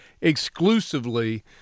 exclusively